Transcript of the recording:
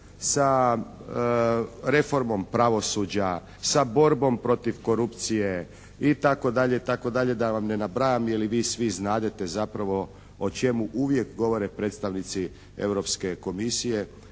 sa reformom pravosuđa, sa borbom protiv korupcije i tako dalje i tako dalje da vam ne nabrajam jer i vi svi znadete zapravo o čemu uvijek govore predstavnici Europske komisije